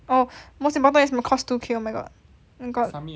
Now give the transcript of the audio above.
oh most important is my course two K oh my god and got